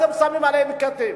אתם שמים עליהם כתם.